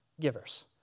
givers